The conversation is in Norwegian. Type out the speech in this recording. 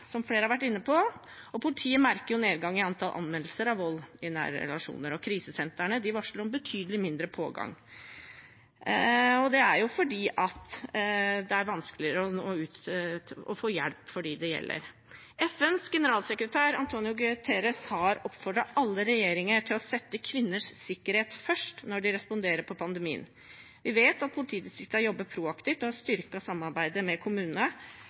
som flere har vært inne på, og politiet merker nedgang i antall anmeldelser av vold i nære relasjoner. Krisesentrene varsler om betydelig mindre pågang. Det er fordi det er vanskeligere å nå ut og få hjelp for dem det gjelder. FNs generalsekretær, António Guterres, har oppfordret alle regjeringer til å sette kvinners sikkerhet først når de responderer på pandemien. Vi vet at politidistriktene har jobbet proaktivt og har styrket samarbeidet med kommunene.